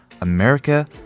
America